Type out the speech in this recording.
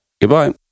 goodbye